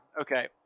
Okay